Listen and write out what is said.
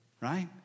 right